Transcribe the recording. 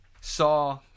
Saw